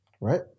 right